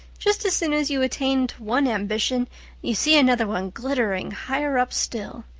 just as soon as you attain to one ambition you see another one glittering higher up still.